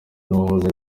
n’uwahoze